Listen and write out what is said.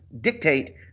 dictate